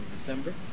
December